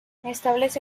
establece